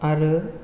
आरो